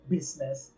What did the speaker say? Business